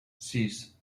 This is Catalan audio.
sis